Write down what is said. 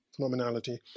phenomenality